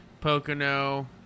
Pocono